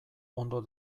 ondo